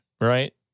right